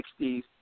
1960s